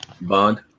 Bond